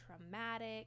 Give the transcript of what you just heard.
traumatic